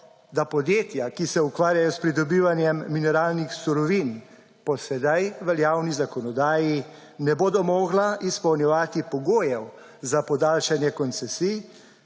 da podjetja, ki se ukvarjajo s pridobivanjem mineralnih surovin, po sedaj veljavni zakonodaji ne bodo mogla izpolnjevati pogojev za podaljšanje koncesij,